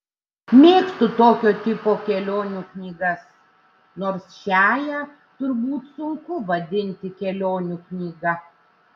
mėgstu tokio tipo kelionių knygas nors šiąją turbūt sunku vadinti kelionių knyga